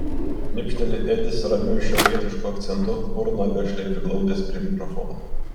šnipšteli edis ramiu šiaurietišku akcentu burną gašliai priglaudęs prie mikrofono